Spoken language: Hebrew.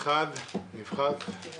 תודה